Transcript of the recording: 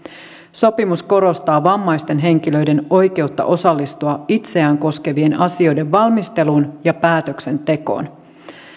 sopimus korostaa vammaisten henkilöiden oikeutta osallistua itseään koskevien asioiden valmisteluun ja päätöksentekoon